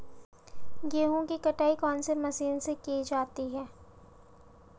गेहूँ की कटाई कौनसी मशीन से की जाती है?